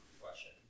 question